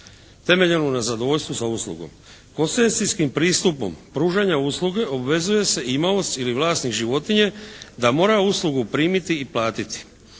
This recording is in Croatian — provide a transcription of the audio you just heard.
temeljenu na zadovoljstvu sa uslugom. Koncesijskim pristupom pružanja usluge obvezuje se imaoc ili vlasnik životinje da mora uslugu primiti i platiti